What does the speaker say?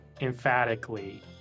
emphatically